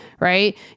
right